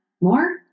More